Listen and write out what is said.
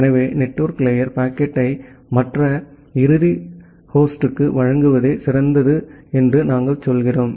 எனவே network layer பாக்கெட்டை மற்ற இறுதி ஹோஸ்டுக்கு வழங்குவதே சிறந்தது என்று நாங்கள் சொல்கிறோம்